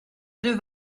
deux